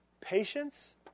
patience